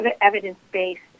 evidence-based